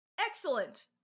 Excellent